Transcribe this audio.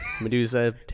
Medusa